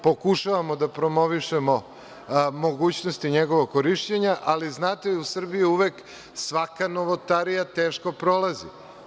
Pokušavamo da promovišemo mogućnosti njegovog korišćenja, ali, znate, u Srbiji uvek svaka novotarija teško prolazi.